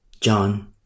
John